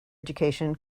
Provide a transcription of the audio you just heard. education